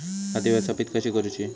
खाती व्यवस्थापित कशी करूची?